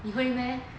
你会 meh